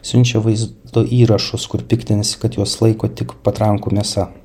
siunčia vaizdo įrašus kur piktinasi kad juos laiko tik patrankų mėsa